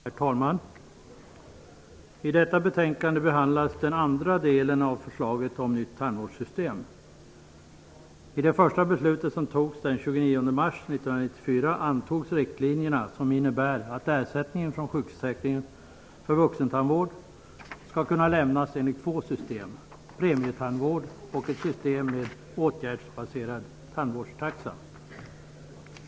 Herr talman! I detta betänkande behandlas den andra delen av förslaget om nytt tandvårdssystem. I det första beslutet, som fattades den 29 mars 1994, antogs riktlinjer som innebär att ersättningen från sjukförsäkringen för vuxentandvård skall kunna lämnas enligt två system: ett system med premietandvård och ett system med åtgärdsbaserad tandvårdstaxa.